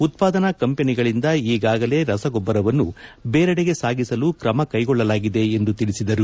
ಉತ್ಪಾದನಾ ಕಂಪನಿಗಳಿಂದ ಈಗಾಗಲೇ ರಸಗೊಬ್ಬರವನ್ನು ಬೇರೆಡೆಗೆ ಸಾಗಿಸಲು ಕ್ರಮ ಕೈಗೊಳ್ಳಲಾಗಿದೆ ಎಂದು ತಿಳಿಸಿದರು